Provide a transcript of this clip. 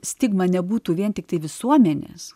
stigma nebūtų vien tiktai visuomenės